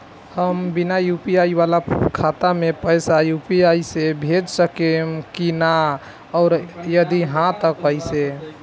हम बिना यू.पी.आई वाला खाता मे पैसा यू.पी.आई से भेज सकेम की ना और जदि हाँ त कईसे?